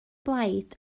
blaid